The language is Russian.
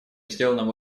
сделанному